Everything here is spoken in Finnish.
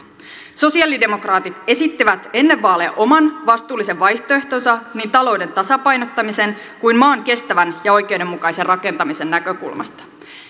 sosialidemokraatit esittivät ennen vaaleja oman vastuullisen vaihtoehtonsa niin talouden tasapainottamisen kuin maan kestävän ja oikeudenmukaisen rakentamisen näkökulmasta